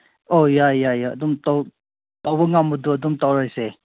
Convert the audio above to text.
ꯑꯣ ꯌꯥꯏ ꯌꯥꯏ ꯑꯗꯨꯝ ꯇꯧꯕ ꯉꯝꯕꯗꯣ ꯑꯗꯨꯝ ꯇꯧꯔꯁꯦ